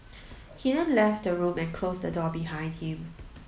he then left the room and closed the door behind him